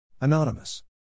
Anonymous